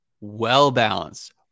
well-balanced